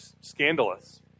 scandalous